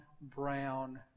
brown